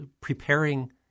preparing